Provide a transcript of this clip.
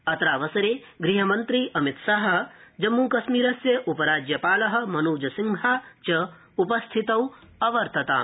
अत्रावसरे गृहमन्त्री अमितशाह जम्मूकश्मीरस्य उपराज्यपाल मनोज सिन्हा च उपस्थितौ अवर्तताम